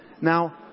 Now